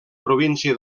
província